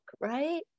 right